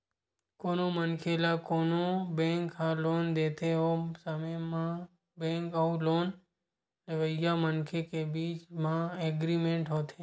कोनो मनखे ल कोनो बेंक ह लोन देथे ओ समे म बेंक अउ लोन लेवइया मनखे के बीच म एग्रीमेंट होथे